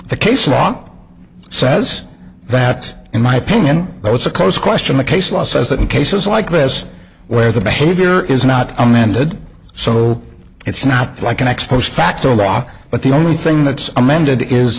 the case law says that in my opinion it's a close question the case law says that in cases like this where the behavior is not amended so it's not like an ex post facto law but the only thing that's amended is